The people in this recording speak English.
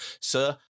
Sir